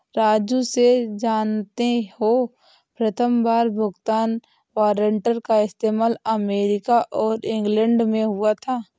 राजू से जानते हो प्रथमबार भुगतान वारंट का इस्तेमाल अमेरिका और इंग्लैंड में हुआ था